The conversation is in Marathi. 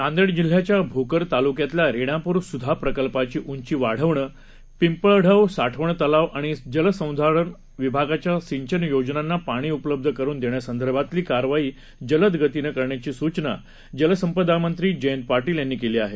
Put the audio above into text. नांदेड जिल्ह्याच्या भोकर तालुक्यातल्या रेणापूर सुधा प्रकल्पाची उंची वाढवणं पिंपळढव साठवण तलाव आणि जलसंधारण विभागाच्या सिंचन योजनांना पाणी उपलब्ध करून देण्यासंदर्भातली कारवाई जलद गतीनं करण्याची सूचना जलसंपदा मंत्री जयंत पाटील यांनी केली आहे